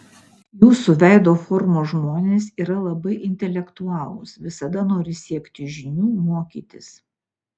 jūsų veido formos žmonės yra labai intelektualūs visada nori siekti žinių mokytis